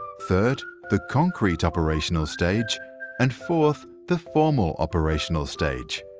third the concrete operational stage and fourth the formal operational stage.